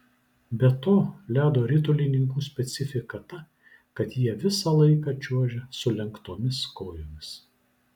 be to ledo ritulininkų specifika ta kad jie visą laiką čiuožia sulenktomis kojomis